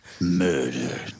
murder